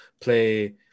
play